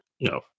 no